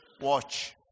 Watch